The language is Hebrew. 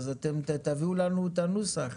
אז תביאו לנו את הנוסח.